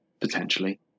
potentially